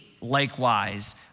likewise